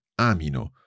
AMINO